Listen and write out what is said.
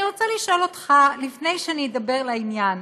אני רוצה לשאול אותך, לפני שאני אדבר לעניין,